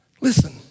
Listen